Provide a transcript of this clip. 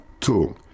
Two